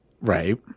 Right